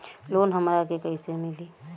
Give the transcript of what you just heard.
Loan हमरा के कईसे मिली?